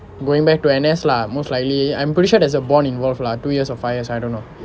going back to N_S lah most likely I'm pretty sure there's a bond involved lah two years or five years I don't know